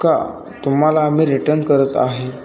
का तुम्हाला आम्ही रिटन करत आहे